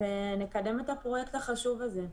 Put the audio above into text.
ונקדם את הפרויקט החשוב הזה.